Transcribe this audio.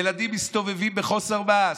ילדים מסתובבים בחוסר מעש,